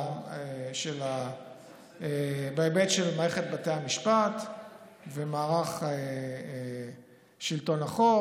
מערכת בתי המשפט ומערך שלטון החוק.